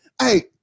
Hey